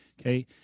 okay